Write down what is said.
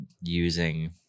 using